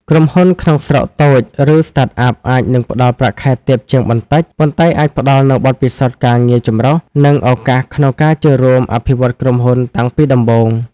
ក្រុមហ៊ុនក្នុងស្រុកតូច ឬ Startup អាចនឹងផ្តល់ប្រាក់ខែទាបជាងបន្តិច ប៉ុន្តែអាចផ្តល់នូវបទពិសោធន៍ការងារចម្រុះ និងឱកាសក្នុងការចូលរួមអភិវឌ្ឍក្រុមហ៊ុនតាំងពីដំបូង។